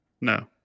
No